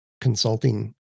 consulting